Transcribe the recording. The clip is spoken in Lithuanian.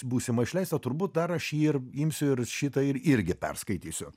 būsimą išleistą turbūt dar aš jį ir imsiu ir šitą irgi perskaitysiu